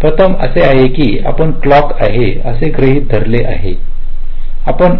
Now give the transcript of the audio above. प्रथम असे आहे की आपण क्लॉक आहे असे गृहित धरले आहे आणि आपण